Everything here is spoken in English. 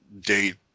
date